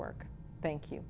work thank you